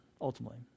ultimately